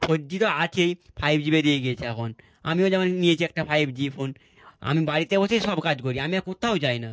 four G তো আছেই five G বেরিয়ে গিয়েছে এখন আমিও যেমন নিয়েছি একটা ফাইভ জি ফোন আমি বাড়িতে বসেই সব কাজ করি আমি আর কোথাও যাই না